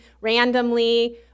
randomly